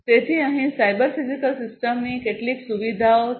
તેથી અહીં cyber physical સિસ્ટમ્સની કેટલીક સુવિધાઓ છે